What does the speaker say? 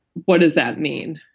what does that mean?